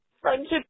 friendship